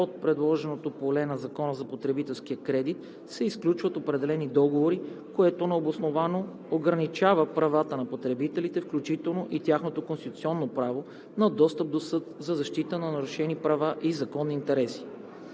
от приложното поле на Закона за потребителския кредит се изключват определени договори, което необосновано ограничава правата на потребителите, включително и тяхното конституционно право на достъп до съд за защита на нарушени права и законни интереси.